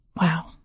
wow